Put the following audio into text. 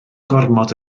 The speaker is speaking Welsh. gormod